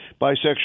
bisexual